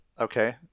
Okay